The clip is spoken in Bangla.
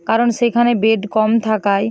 কারণ সেখানে বেড কম থাকায়